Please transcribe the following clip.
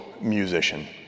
musician